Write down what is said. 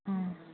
ꯑꯥ